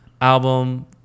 album